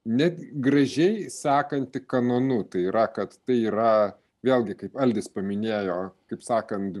net gražiai sekanti kanonu tai yra kad tai yra vėlgi kaip algis paminėjo kaip sakant